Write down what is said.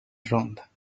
ronda